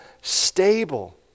stable